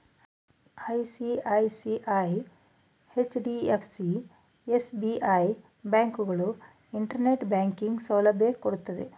ICICI, HDFC, SBI, ಬ್ಯಾಂಕುಗಳು internet banking ಸೌಲಭ್ಯ ಕೊಡ್ತಿದ್ದೆ